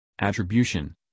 attribution